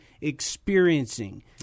experiencing